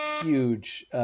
huge